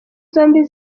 zombi